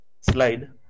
Slide